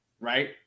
right